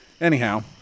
Anyhow